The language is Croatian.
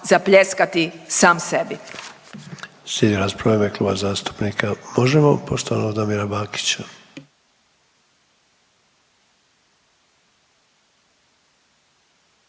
zapljeskati sam sebi.